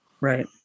Right